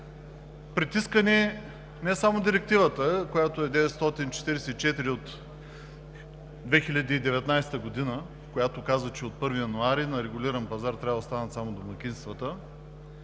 притиска ни не само Директива 944 от 2019 г., която казва, че от 1 януари на регулиран пазар трябва да останат само домакинствата,